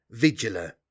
Vigila